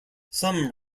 some